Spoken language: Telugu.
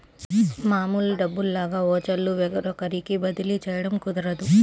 మామూలు డబ్బుల్లాగా ఓచర్లు వేరొకరికి బదిలీ చేయడం కుదరదు